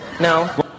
No